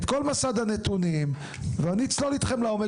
את כל מסד הנתונים ואני אצלול איתכם לעומק